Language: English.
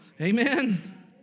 Amen